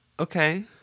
Okay